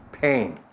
pain